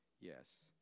Yes